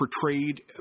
portrayed